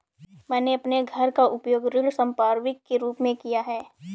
मैंने अपने घर का उपयोग ऋण संपार्श्विक के रूप में किया है